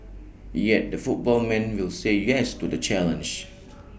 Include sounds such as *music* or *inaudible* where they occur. yet the football man will say yes to the challenge *noise*